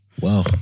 Wow